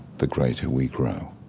the greater we grow.